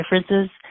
differences